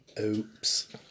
Oops